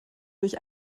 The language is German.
durch